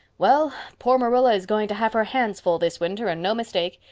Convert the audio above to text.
well, poor marilla is going to have her hands full this winter and no mistake.